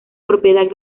propiedad